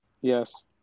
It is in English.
Yes